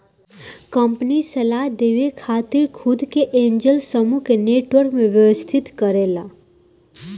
company सलाह देवे खातिर खुद के एंजेल समूह के नेटवर्क में व्यवस्थित करेला